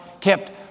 kept